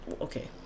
okay